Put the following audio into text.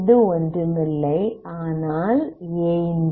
இது ஒன்றுமில்லை ஆனால் a